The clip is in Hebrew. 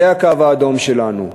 זה הקו האדום שלנו.